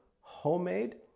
homemade